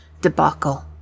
debacle